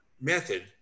method